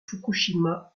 fukushima